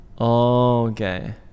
Okay